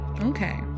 Okay